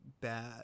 bad